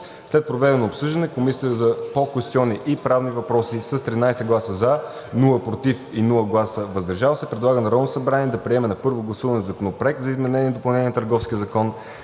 След проведеното обсъждане Комисията по конституционни и правни въпроси с 13 гласа „за“, без гласове „против“ и „въздържал се“ предлага на Народното събрание да приеме на първо гласуване Законопроект за изменение и допълнение на Търговския закон,